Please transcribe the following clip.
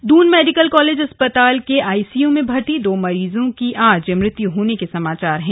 दो की मौत दून मेडिकल कॉलेज अस्पताल के आइसीयू में भर्ती दो मरीजों की आज मृत्यू होने के समाचार है